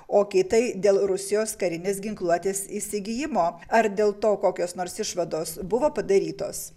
o kitai dėl rusijos karinės ginkluotės įsigijimo ar dėl to kokios nors išvados buvo padarytos